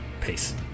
Peace